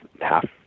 half